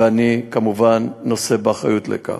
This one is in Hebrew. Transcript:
ואני כמובן נושא באחריות לכך.